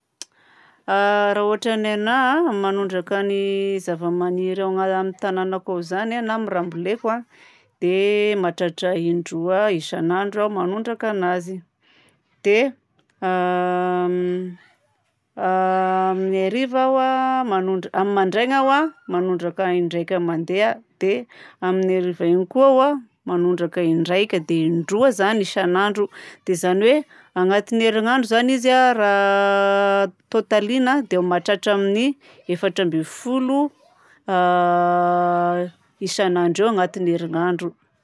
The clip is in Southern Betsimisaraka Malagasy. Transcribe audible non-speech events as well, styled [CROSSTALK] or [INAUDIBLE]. Raha ôtran'ny anahy manondraka ny zavamaniry ao amin'ny tanagnako ao zany na amin'ny raha amboleko dia mahatratra indroa isan'andro aho manondraka anazy. Dia [HESITATION] amin'ny hariva aho a, manondra- amin'ny mandraigna aho manondraka indraika mandeha dia amin'ny hariva igny koa aho a manondraka indraika, dia indroa zany isan'andro. Dia zany hoe, agnatin'ny herinandro zany izy a raha tôtaligna, dia eo mahatratra amin'ny efatra ambin'ny folo isan'andro eo agnatin'ny herinandro.